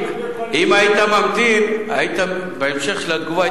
אם היית ממתין להמשך התשובה,